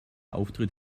auftritt